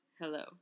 hello